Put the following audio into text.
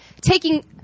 taking